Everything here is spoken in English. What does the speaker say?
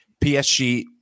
PSG